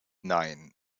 nein